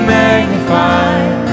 magnified